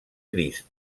crist